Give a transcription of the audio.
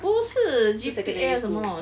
不是 G_P_A 还是什么